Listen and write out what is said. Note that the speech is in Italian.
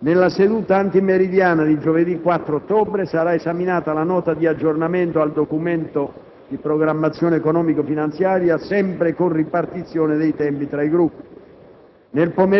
Nella seduta antimeridiana di giovedì 4 ottobre sarà esaminata la Nota di aggiornamento al DPEF, sempre con ripartizione dei tempi tra i Gruppi.